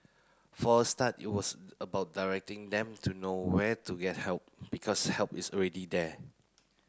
for a start it was about directing them to know where to get help because help is already there